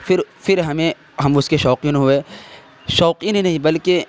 پھر پھر ہمیں ہم اس کے شوقین ہوئے شوقین ہی نہیں بلکہ